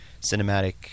cinematic